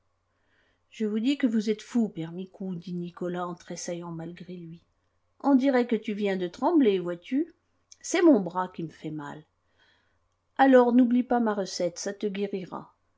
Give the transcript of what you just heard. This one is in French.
je vous dis que vous êtes fou père micou dit nicolas en tressaillant malgré lui on dirait que tu viens de trembler vois-tu c'est mon bras qui me fait mal alors n'oublie pas ma recette ça te guérira